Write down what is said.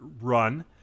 run